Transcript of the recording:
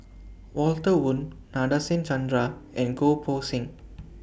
Walter Woon Nadasen Chandra and Goh Poh Seng